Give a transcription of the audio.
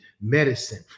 medicine